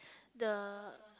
the